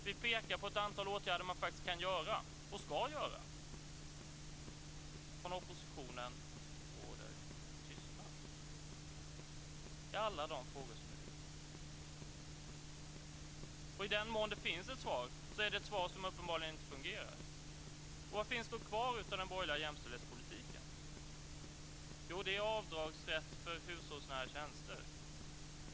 Vi pekar på ett antal åtgärder som man kan göra och ska göra. Från oppositionen råder tystnad i alla de frågor som är viktiga. I den mån det finns ett svar är det ett svar som uppenbarligen inte fungerar. Vad finns då kvar av den borgerliga jämställdhetspolitiken? Jo, det är avdragsrätt för hushållsnära tjänster.